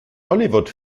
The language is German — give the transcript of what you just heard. hollywood